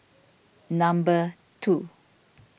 number two